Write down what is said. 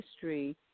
history